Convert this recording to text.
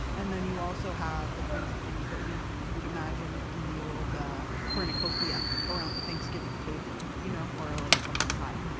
and then you also have the kinds of things that we would imagine in the old cornucopia around the thanksgiving table, you know or like a pumpkin pie.